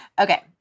Okay